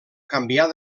canviar